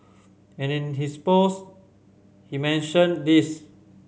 and in his post he mentioned this